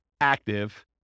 active